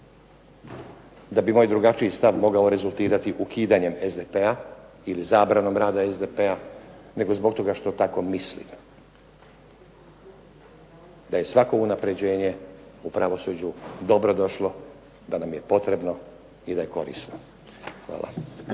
da bi moj drugačiji stav mogao rezultirati ukidanjem SDP-a ili zabranom rada SDP-a nego zbog toga što tako mislim, da je svako unapređenje u pravosuđu dobrodošlo, da nam je potrebno i da nam je korisno. Hvala.